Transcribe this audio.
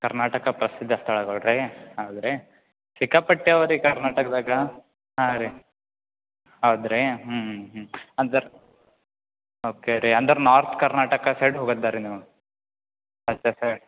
ಕರ್ನಾಟಕ ಪ್ರಸಿದ್ಧ ಸ್ಥಳಗಳು ರೀ ಹೌದು ರೀ ಸಿಕ್ಕಾಪಟ್ಟೆ ಅವೆ ರೀ ಕರ್ನಾಟಕದಾಗ ಹಾಂ ರೀ ಹೌದು ರೀ ಹ್ಞೂ ಹ್ಞೂ ಹ್ಞೂ ಅಂದರೆ ಓಕೆ ರೀ ಅಂದರೆ ನಾರ್ತ್ ಕರ್ನಾಟಕ ಸೈಡ್ ಹೋಗದ್ದರಿ ನೀವು